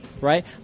right